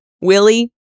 Willie